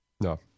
No